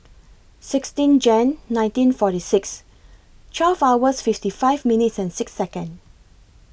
sixteen Jan nineteen forty six twelve hours fifty five minutes and six Second